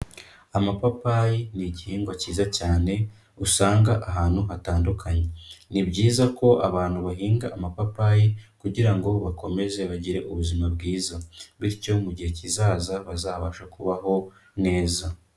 Amapapayi ni igihingwa cyiza cyane, usanga ahantu hatandukanye. Ni byiza ko abantu bahinga amapapayi kugira ngo bakomeze bagire ubuzima bwiza bityo mu gihe kizaza bazabashe kubaho neza.